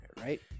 right